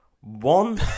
one